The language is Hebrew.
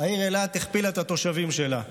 העיר אילת הכפילה את התושבים שלה.